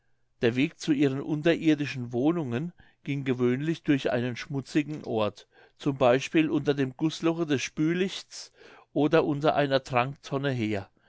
der weg zu ihren unterirdischen wohnungen ging gewöhnlich durch einen schmutzigen ort z b unter dem gußloche des spülichts oder unter einer tranktonne her